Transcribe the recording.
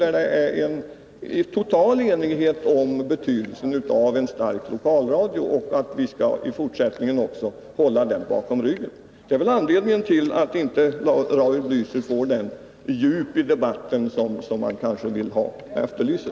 Det är ju total enighet om betydelsen av en stark lokalradio och att vi i fortsättningen också skall hålla den om ryggen. Det är väl anledningen till att Raul Blächer kanske inte får det djup i debatten som han efterlyser.